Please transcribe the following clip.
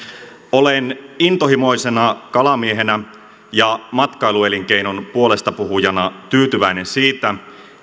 olen intohimoisena kalamiehenä ja matkailuelinkeinon puolestapuhujana tyytyväinen siitä